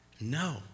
No